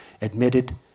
admitted